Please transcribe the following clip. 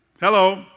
Hello